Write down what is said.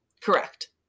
correct